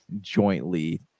jointly